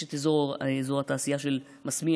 יש את אזור התעשייה של מסמיה,